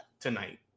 tonight